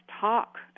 talk